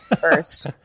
first